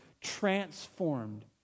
transformed